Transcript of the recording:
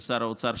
של שר האוצר,